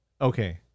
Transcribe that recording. Okay